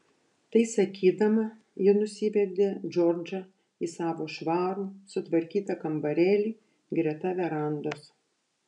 tai sakydama ji nusivedė džordžą į savo švarų sutvarkytą kambarėlį greta verandos